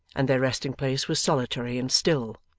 and their resting-place was solitary and still.